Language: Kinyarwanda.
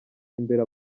imbere